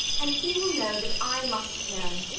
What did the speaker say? and he will know that i must have known.